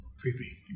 Creepy